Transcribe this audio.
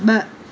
ब॒